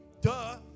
Duh